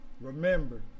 remember